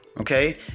okay